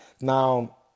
Now